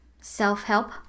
self-help